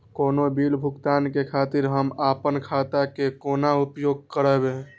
कोनो बील भुगतान के खातिर हम आपन खाता के कोना उपयोग करबै?